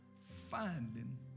Finding